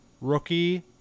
rookie